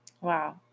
wow